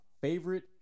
favorite